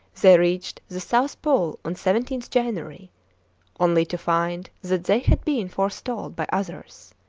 they reached the south pole on seventeenth january only to find that they had been forestalled by others!